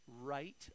right